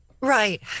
right